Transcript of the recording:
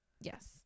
Yes